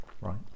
Right